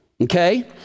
okay